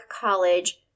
College